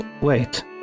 Wait